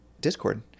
discord